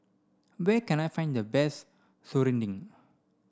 where can I find the best Serunding